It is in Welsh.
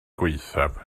gwaethaf